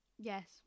Yes